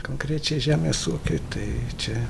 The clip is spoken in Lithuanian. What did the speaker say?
konkrečiai žemės ūkiui tai čia